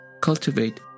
cultivate